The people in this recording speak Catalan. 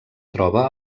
troba